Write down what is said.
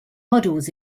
models